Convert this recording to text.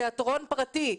תיאטרון פרטי,